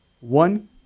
One